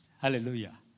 Hallelujah